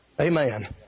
Amen